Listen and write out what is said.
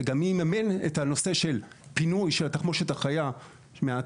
וגם מי יממן את הנושא של פינוי של התחמושת החיה מהאתר,